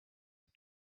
and